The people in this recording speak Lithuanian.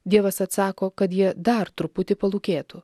dievas atsako kad jie dar truputį palūkėtų